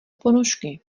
ponožky